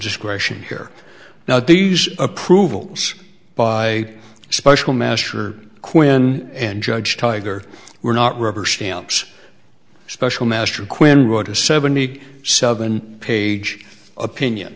discretion here now these approvals by special measure quinn and judge tiger were not rubber stamps special master quinn wrote a seventy seven page opinion